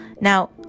Now